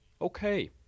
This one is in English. okay